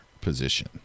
position